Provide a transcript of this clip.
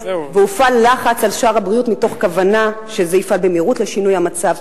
והופעל לחץ על שר הבריאות מתוך כוונה שיפעל במהירות לשינוי המצב,